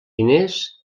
diners